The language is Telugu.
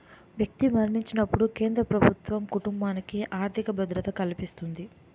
వ్యక్తి మరణించినప్పుడు కేంద్ర ప్రభుత్వం కుటుంబానికి ఆర్థిక భద్రత కల్పిస్తుంది